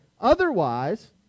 otherwise